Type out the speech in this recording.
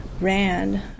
ran